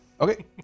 Okay